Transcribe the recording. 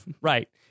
Right